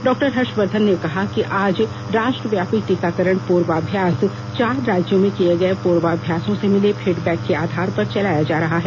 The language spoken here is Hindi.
डॉक्टर हर्षवर्धन ने कहा कि आज राष्ट्रव्यापी टीकाकरण पूर्वाभ्यास चार राज्यों में किए गए पूर्वाभ्यासों से मिले फीडबैक के आधार पर चलाया जा रहा है